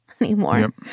anymore